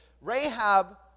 Rahab